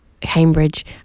Cambridge